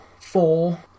four